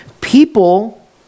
People